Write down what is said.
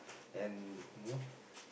and you know